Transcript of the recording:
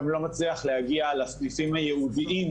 גם לא מצליח להגיע לסניפים הייעודיים